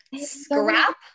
scrap